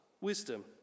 wisdom